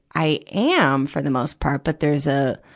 i am for the most part. but there's a,